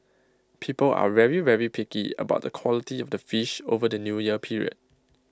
people are very very picky about the quality of the fish over the New Year period